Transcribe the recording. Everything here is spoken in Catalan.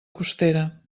costera